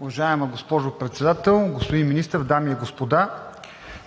Уважаема госпожо Председател, господин Министър, дами и господа!